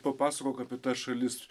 papasakok apie tas šalis